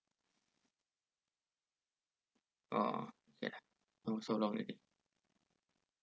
oh okay lah you know so long already